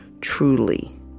truly